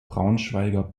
braunschweiger